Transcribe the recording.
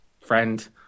friend